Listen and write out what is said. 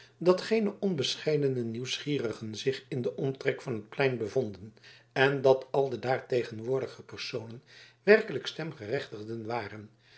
dat geene onbescheidene nieuwsgierigen zich in den omtrek van het plein bevonden en dat al de daar tegenwoordige personen werkelijk stemgerechtigden waren